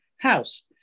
house